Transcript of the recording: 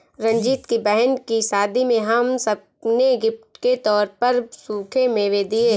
रंजीत की बहन की शादी में हम सब ने गिफ्ट के तौर पर सूखे मेवे दिए